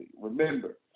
Remember